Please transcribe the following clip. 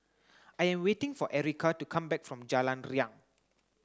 I am waiting for Erika to come back from Jalan Riang